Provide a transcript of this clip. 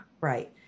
right